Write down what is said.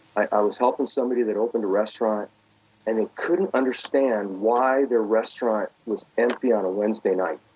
i was helping somebody that opened a restaurant and they couldn't understand why their restaurant was empty on a wednesday night.